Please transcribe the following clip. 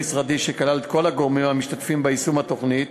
כחלק מהתמודדות המשרד לביטחון הפנים עם המחסור במקומות